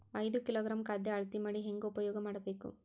ಐದು ಕಿಲೋಗ್ರಾಂ ಖಾದ್ಯ ಅಳತಿ ಮಾಡಿ ಹೇಂಗ ಉಪಯೋಗ ಮಾಡಬೇಕು?